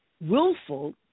willful